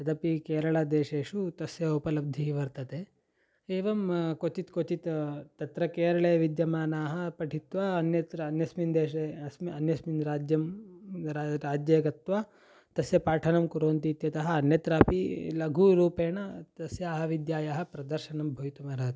तदपि केरलदेशेषु तस्य उपलब्धिः वर्तते एवं क्वचित् क्वचित् तत्र केरले विद्यमानाः पठित्वा अन्यत्र अन्यस्मिन् देशे अस्मि अन्यस्मिन् राज्यं रा राज्ये गत्वा तस्य पाठनं कुर्वन्ति इत्यतः अन्यत्रापि लघुरूपेण तस्याः विद्यायाः प्रदर्शनं भवितुम् अर्हति